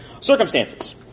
Circumstances